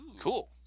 Cool